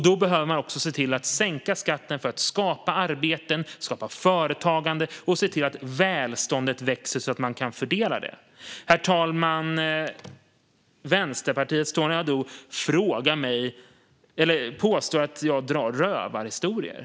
Då behöver man också sänka skatten för att skapa arbeten och företagande och se till att välståndet växer så att man kan fördela det. Herr talman! Vänsterpartiets Tony Haddou påstår att jag drar rövarhistorier.